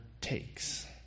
takes